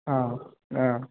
ആ ആ